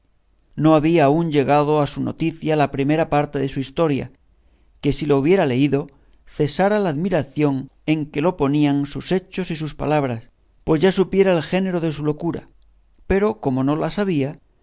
no había aún llegado a su noticia la primera parte de su historia que si la hubiera leído cesara la admiración en que lo ponían sus hechos y sus palabras pues ya supiera el género de su locura pero como no la sabía